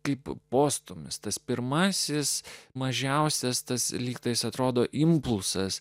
kaip postūmis tas pirmasis mažiausias tas lygtais atrodo impulsas